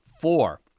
Four